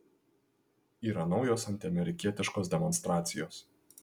yra naujos antiamerikietiškos demonstracijos